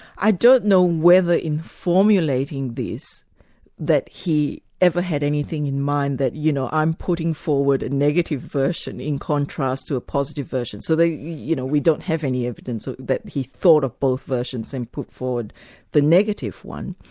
i don't know whether in formulating this that he ever had anything in mind that you know, i'm putting forward a negative version, in contrast to a positive version'. so you know we don't have any evidence ah that he thought of both versions and put forward the negative one.